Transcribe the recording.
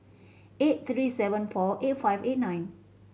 eight three seven four eight five eight nine